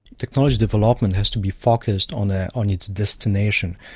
technology development has to be focused on ah on its destination,